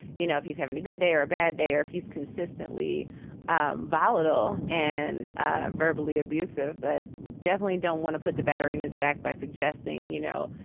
you know, if he's having a good day or a bad day or if he's consistently um volatile and ah verbally abusive but definitely don't want to put the battering is backed by suggesting, you know,